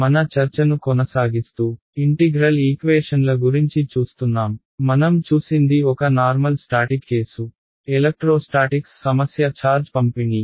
మన చర్చను కొనసాగిస్తూ ఇంటిగ్రల్ ఈక్వేషన్ల గురించి చూస్తున్నాం మనం చూసింది ఒక నార్మల్ స్టాటిక్ కేసు ఎలక్ట్రోస్టాటిక్స్ సమస్య ఛార్జ్ పంపిణీ